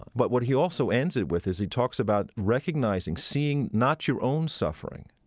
but what he also ends it with is he talks about recognizing, seeing not your own suffering